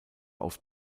auf